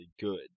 good